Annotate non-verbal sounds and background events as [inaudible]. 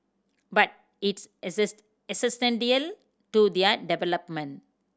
but it's exist [unintelligible] to their development